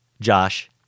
Josh